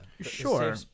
Sure